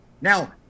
Now